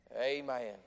Amen